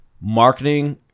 marketing